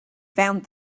found